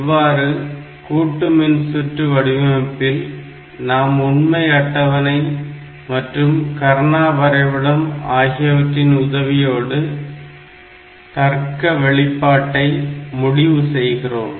இவ்வாறு கூட்டு மின்சுற்று வடிவமைப்பில் நாம் உண்மை அட்டவணை மற்றும் கர்னா வரைபடம் ஆகியவற்றின் உதவியோடு தர்க்க வெளிப்பாட்டை முடிவு செய்கிறோம்